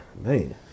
man